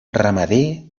ramader